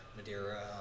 Madeira